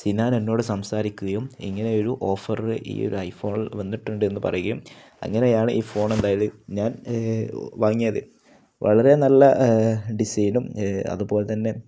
സിനൻ എന്നോടു സംസാരിക്കുകയും ഇങ്ങനെ ഒരു ഓഫര് ഈ ഒരു ഐ ഫോണില് വന്നിട്ടുണ്ടെന്നു പറയുകയും അങ്ങനെയാണ് ഈ ഫോൺ എന്തായത് ഞാൻ വാങ്ങിയത് വളരെ നല്ല ഡിസൈനും അതുപോലെ തന്നെ